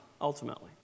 ultimately